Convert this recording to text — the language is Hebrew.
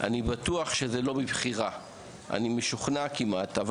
אני כמעט משוכנע שזה לא מבחירה,